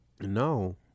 No